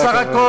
אז סך הכול,